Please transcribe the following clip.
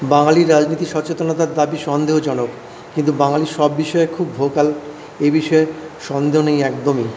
বাঙালির রাজনীতি সচেতনতার দাবি সন্দেহজনক কিন্তু বাঙালি সব বিষয়ে খুব ভোকাল এ বিষয়ে সন্দেহ নেই একদমই